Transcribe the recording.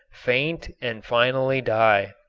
faint and finally die.